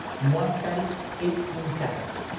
in one study, eighteen seconds.